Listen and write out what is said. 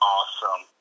Awesome